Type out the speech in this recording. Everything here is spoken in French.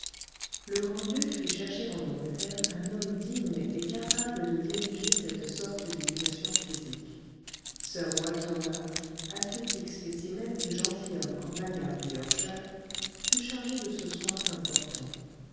le grand-duc fit chercher en angleterre un homme digne et capable de diriger cette sorte d'éducation physique sir walter murph athlétique spécimen du gentilhomme campagnard du yorkshire fut chargé de ce soin important